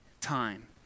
time